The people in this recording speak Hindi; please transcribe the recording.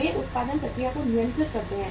वे उत्पादन प्रक्रिया को नियंत्रित करते हैं